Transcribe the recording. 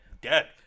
dead